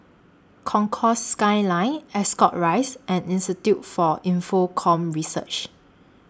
Concourse Skyline Ascot Rise and Institute For Infocomm Research